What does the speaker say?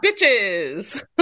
bitches